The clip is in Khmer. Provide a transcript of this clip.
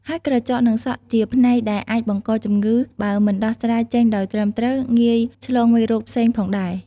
ហើយក្រចក និងសក់ជាផ្នែកដែលអាចបង្កជំងឺបើមិនដោះស្រាយចេញដោយត្រឹមត្រូវ ងាយឆ្លងមេរោគផ្សេងផងដែរ។